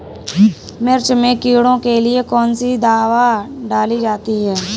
मिर्च में कीड़ों के लिए कौनसी दावा डाली जाती है?